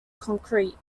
concrete